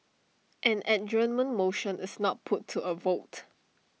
an adjournment motion is not put to A vote